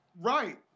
Right